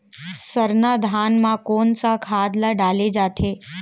सरना धान म कोन सा खाद ला डाले जाथे?